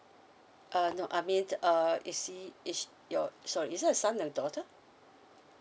uh no I mean err is he is your sorry is it a son or a daughter